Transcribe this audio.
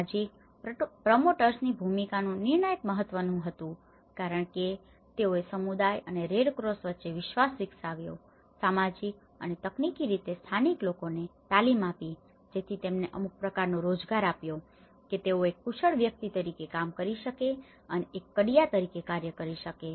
સામાજિક પ્રમોટર્સની ભૂમિકાનુ નિર્ણાયક મહત્વ હતું કારણ કે તેઓએ સમુદાય અને રેડ ક્રોસ વચ્ચે વિશ્વાસ વિકસાવ્યો હતો સામાજિક અને તકનીકી રીતે સ્થાનિક લોકોને તાલીમ આપી હતી જેથી તેમને અમુક પ્રકારનો રોજગાર આપ્યો કે તેઓ એક કુશળ વ્યક્તિ તરીકે કામ કરી શકે અને એક કડિયા તરીકે કાર્ય કરી શકે